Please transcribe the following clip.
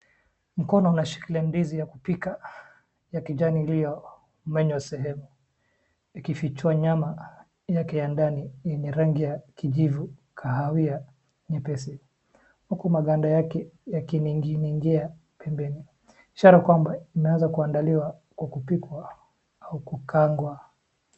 Mkono unashikilia ndizi ya kupika ya kijani iliyomenywa sehemu ikifichwa nyama yake ya ndani yenye rangi ya kijivu kahawia nyepesi uku maganda yake yakininginia pembeni. Ishara kwamba imeanza kuandaliwa kwa kupikwa au kukaangwa.